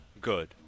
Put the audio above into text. good